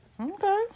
Okay